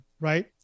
right